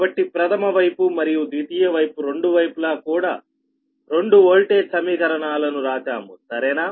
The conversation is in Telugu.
కాబట్టి ప్రథమ వైపు మరియు ద్వితీయ వైపు రెండు వైపులా కూడా 2 ఓల్టేజ్ సమీకరణాలను రాశాము సరేనా